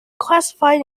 classified